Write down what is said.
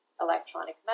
electronic